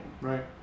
Right